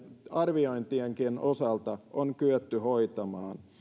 arviointienkin osalta on kyetty hoitamaan